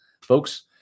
folks